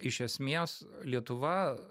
iš esmės lietuva